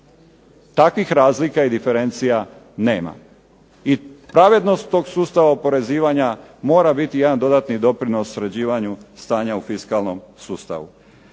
Takvih razlika i diferencija nema. I pravednost tog sustava oporezivanja mora biti jedan dodatni doprinos sređivanju stanja u fiskalnom sustavu.